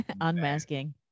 Unmasking